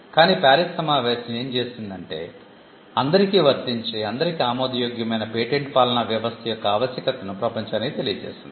కాని ప్యారిస్ సమావేశం ఏమి చేసిందంటే అందరికి వర్తించే అందరికి ఆమోదయోగ్యమైన పేటెంట్ పాలనా వ్యవస్థ యొక్క ఆవశ్యకతను ప్రపంచానికి తెలియచేసింది